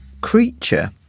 Creature